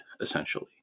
essentially